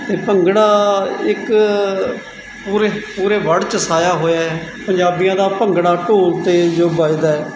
ਅਤੇ ਭੰਗੜਾ ਇੱਕ ਪੂਰੇ ਪੂਰੇ ਵਰਡ 'ਚ ਛਾਇਆ ਹੋਇਆ ਪੰਜਾਬੀਆਂ ਦਾ ਭੰਗੜਾ ਢੋਲ 'ਤੇ ਜੋ ਵੱਜਦਾ